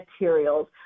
materials